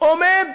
עומד